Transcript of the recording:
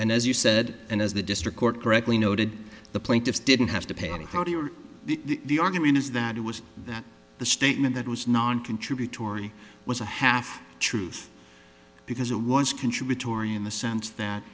and as you said and as the district court correctly noted the plaintiffs didn't have to pay anybody or the argument is that it was that the statement that was noncontributory was a half truth because it was contributory in the sense that